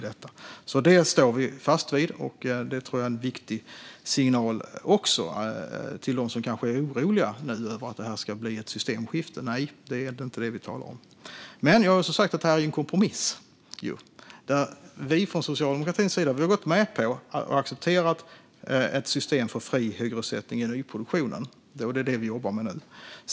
Det står vi fast vid, och jag tror att detta är en viktig signal till dem som kanske är oroliga över att det ska bli ett systemskifte. Det är inte det vi talar om. Detta är dock som sagt en kompromiss. Vi har från socialdemokratins sida gått med på och accepterat ett system för fri hyressättning i nyproduktionen, och det är detta vi jobbar med nu.